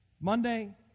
Monday